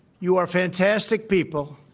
you are fantastic people.